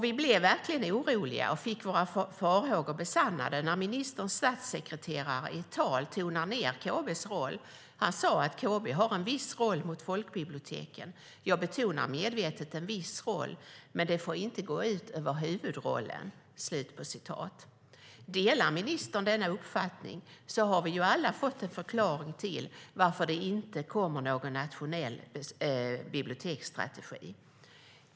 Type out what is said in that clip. Vi blev verkligen oroliga och fick våra farhågor bekräftade när ministerns statsekreterare i ett tal tonade ned KB:s roll. Han sade: KB har en viss roll mot folkbiblioteken. Jag betonar medvetet en viss roll, men det får inte gå ut över huvudrollen. Om ministern delar denna uppfattning har vi alla fått en förklaring till att det inte kommer någon nationell biblioteksstrategi.